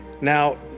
now